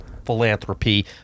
philanthropy